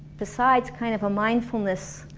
besides kind of a mindfulness